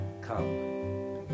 come